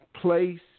place